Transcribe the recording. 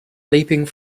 leaping